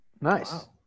nice